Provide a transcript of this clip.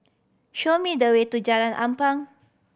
show me the way to Jalan Tampang